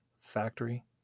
Factory